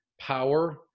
power